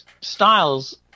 styles